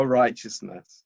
righteousness